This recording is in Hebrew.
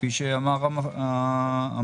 כפי שאמר המנכ"ל,